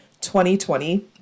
2020